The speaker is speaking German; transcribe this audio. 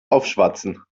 aufschwatzen